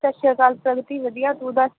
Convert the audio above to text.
ਸਤਿ ਸ਼੍ਰੀ ਅਕਾਲ ਪ੍ਰਗਤੀ ਵਧੀਆ ਤੂੰ ਦੱਸ